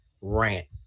rant